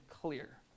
clear